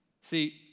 See